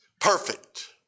Perfect